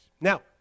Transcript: Now